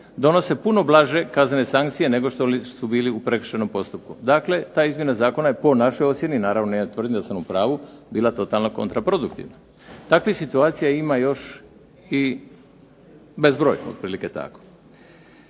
donose puno blaže kaznene sankcije nego što li su bile u prekršajnom postupku. Dakle, ta izmjena zakona je po našoj ocjeni, naravno ja tvrdim da sam u pravu bila totalno kontraproduktivna. Takvih situacija ima još i bezbroj, otprilike tako.